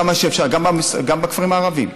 גם בכפרים הערביים.